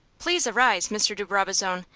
please arise, mr. de brabazon,